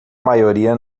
maioria